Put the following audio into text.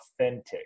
authentic